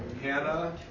Hannah